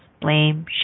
Blame